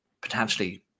potentially